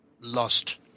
lost –